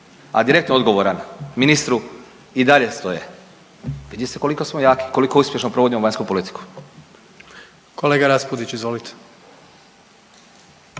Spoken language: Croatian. a direktno odgovoran ministru i dalje stoje. Vidi se koliko smo jaki, koliko uspješno provodimo vanjsku politiku. **Jandroković, Gordan